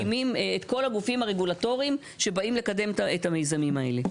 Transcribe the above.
מקימים את כל הגופים הרגולטורים שבאים לקדם את המיזמים האלה.